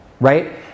right